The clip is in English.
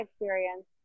experience